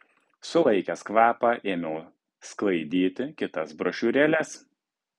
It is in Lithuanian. sulaikęs kvapą ėmiau sklaidyti kitas brošiūrėles